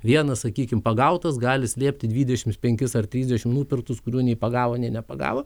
vienas sakykim pagautas gali slėpti dvidešimt penkis ar trisdešimt nupirktus kurių nei pagavo nei nepagavo